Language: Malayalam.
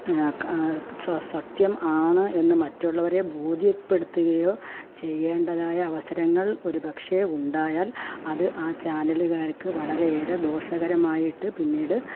സത്യം ആണ് എന്ന് മറ്റുള്ളവരെ ബോധ്യപ്പെടുത്തുകയോ ചെയ്യേണ്ടതായ അവസരങ്ങൾ ഒരുപക്ഷെ ഉണ്ടായാൽ അത് ആ ചാനലുകാർക്ക് വളരെയേറെ ദോഷകരമായിട്ട് പിന്നീട്